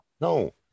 no